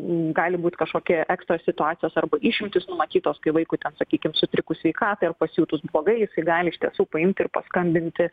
gali būt kažkokie ekstra situacijos arba išimtys numatytos kai vaikui sakykim sutrikus sveikatai ar pasijutus blogai jisai gali iš tiesų paimti ir paskambinti